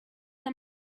man